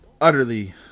utterly